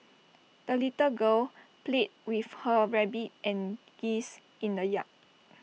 the little girl played with her rabbit and geese in the yard